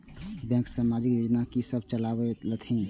Bank समाजिक योजना की सब चलावै छथिन?